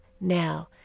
now